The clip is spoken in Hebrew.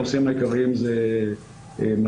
הנושאים העיקריים זה מזון,